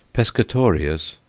pescatoreas,